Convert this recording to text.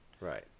Right